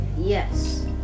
Yes